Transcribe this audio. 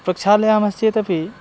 प्रक्षालयामश्चेदपि